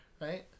right